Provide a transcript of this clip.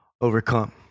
overcome